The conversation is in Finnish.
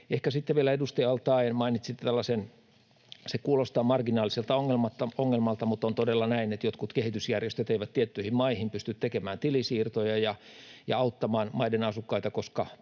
vielä: edustaja al-Taee, mainitsitte tällaisen marginaaliselta kuulostavan ongelman, mutta on todella näin, että jotkut kehitysjärjestöt eivät tiettyihin maihin pysty tekemään tilisiirtoja ja auttamaan maiden asukkaita,